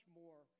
more